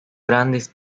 grandes